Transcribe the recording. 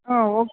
ಹಾಂ ಓಕ್